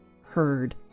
heard